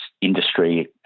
Industry